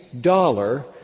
dollar